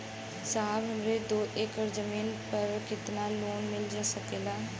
साहब हमरे दो एकड़ जमीन पर कितनालोन मिल सकेला?